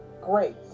great